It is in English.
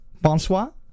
Bonsoir